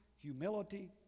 Humility